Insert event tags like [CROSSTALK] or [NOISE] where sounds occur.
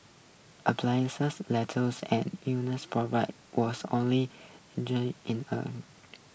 [UNINTELLIGIBLE] letters and illness program was only injury in her